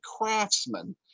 craftsman